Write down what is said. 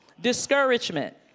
Discouragement